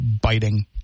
biting